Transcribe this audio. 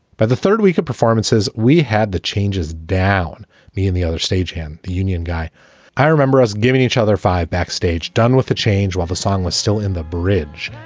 by the third week of performances, we had the changes down me and the other stagehand, the union guy i remember us giving each other five backstage done with the change while the song was still in the bridge